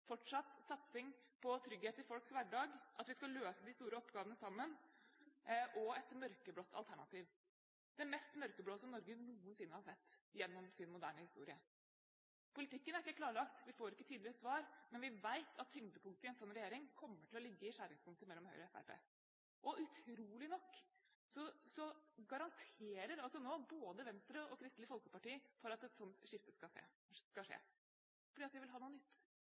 fortsatt satsing på trygghet i folks hverdag, at vi skal løse de store oppgavene sammen – og et mørkeblått alternativ, det mest mørkeblå som Norge noensinne har sett gjennom sin moderne historie. Politikken er ikke klarlagt, vi får ikke tydelige svar, men vi vet at tyngdepunktet i en sånn regjering kommer til å ligge i skjæringspunktet mellom Høyre og Fremskrittspartiet. Utrolig nok garanterer nå både Venstre og Kristelig Folkeparti for at et sånt skifte skal skje – fordi de vil ha noe nytt,